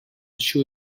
show